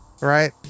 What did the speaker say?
right